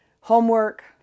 Homework